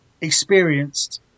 experienced